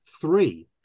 three